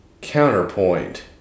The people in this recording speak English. counterpoint